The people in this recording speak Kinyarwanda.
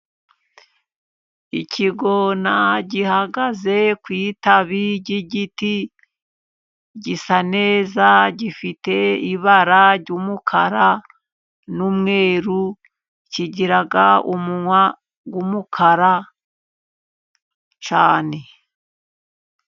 Igikona gihagaze ku ishami ry'igiti gisa neza gifite ibara ry'umukara n'umweru, kigira umunwa w'umukara cyane.